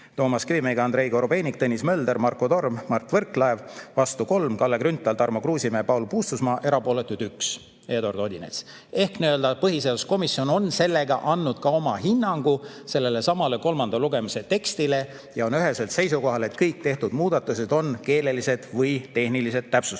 Toomas Kivimägi, Andrei Korobeinik, Tõnis Mölder, Marko Torm, Mart Võrklaev. Vastu oli kolm: Kalle Grünthal, Tarmo Kruusimäe, Paul Puustusmaa. Erapooletuid oli üks: Eduard Odinets. Põhiseaduskomisjon on sellega andnud hinnangu sellelesamale kolmanda lugemise tekstile ja olnud ühesel seisukohal, et kõik tehtud muudatused on keelelised või tehnilised täpsustused.